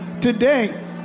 Today